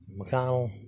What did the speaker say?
McConnell